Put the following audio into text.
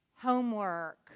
Homework